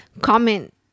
comment